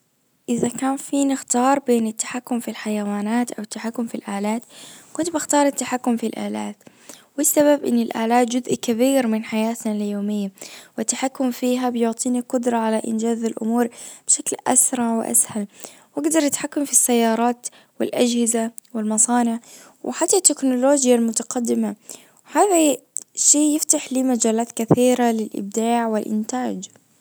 اذا كان فيني اختار بين التحكم في الحيوانات او التحكم في الالات كنت بختار التحكم في الالات والسبب ان الالات جزء كبير من حياتنا ليومية والتحكم فيها بيعطيني قدرة على انجاز الامور بشكل اسرع واسهل واجدر اتحكم في السيارات والاجهزة والمصانع وحتى تكنولوجيا المتقدمة هذه شي يفتح لي مجالات كثيرة للابداع والانتاج.